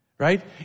Right